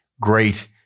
great